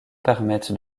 permettent